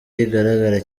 rigaragara